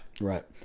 Right